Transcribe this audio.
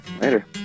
Later